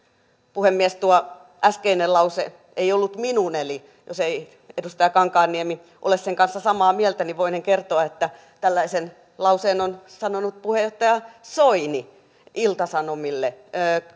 puhemies tuo äskeinen lause ei ollut minun eli jos ei edustaja kankaanniemi ole sen kanssa samaa mieltä niin voinen kertoa että tällaisen lauseen on sanonut puheenjohtaja soini ilta sanomille